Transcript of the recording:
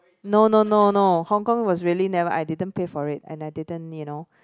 no no no no Hong-Kong was really never I didn't pay for it and I didn't you know